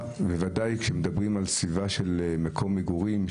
בסביבת מגורים,